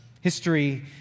history